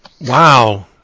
wow